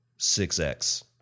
6X